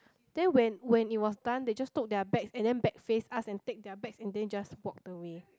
then when when it was done they just took their bags and then back face us and take their bags and then just walked away